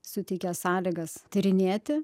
suteikė sąlygas tyrinėti